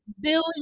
billion